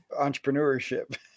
entrepreneurship